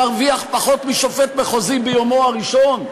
מרוויח פחות משופט מחוזי ביומו הראשון?